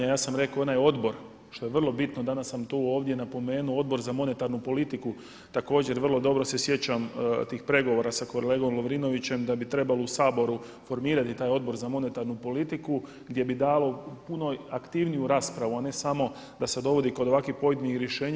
Ja sam rekao onaj odbor što je vrlo bitno, danas sam to ovdje napomenuo Odbor za monetarnu politiku također vrlo dobro se sjećam tih pregovora sa kolegom Lovrinovićem da bi trebalo u Saboru formirati taj Odbor za monetarnu politiku gdje bi dalo puno aktivniju raspravu a ne samo da se dovodi kod ovakvih pojedinih rješenja.